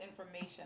information